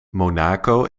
monaco